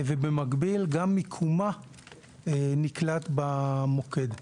ובמקביל גם מיקומה נקלט במוקד.